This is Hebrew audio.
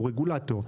הוא רגולטור.